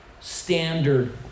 Standard